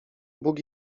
bóg